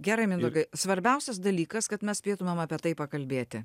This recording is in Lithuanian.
gerai mindaugai svarbiausias dalykas kad mes spėtumėm apie tai pakalbėti